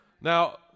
Now